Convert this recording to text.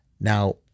Now